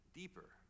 deeper